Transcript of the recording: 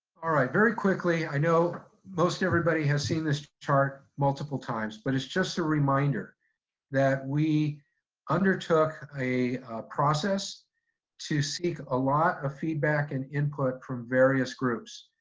all right, very quickly, i know most everybody has seen this chart multiple times, but it's just a reminder that we undertook a process to seek a lot of feedback and input from various groups.